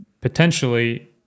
potentially